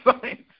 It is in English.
science